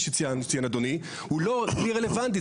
הוא לא כלי רלוונטי.